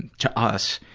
to us,